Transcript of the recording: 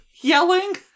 yelling